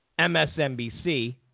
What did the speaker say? MSNBC